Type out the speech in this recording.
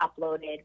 uploaded